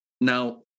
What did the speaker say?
Now